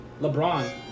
LeBron